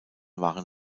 waren